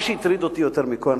מה שהטריד אותי יותר מכול,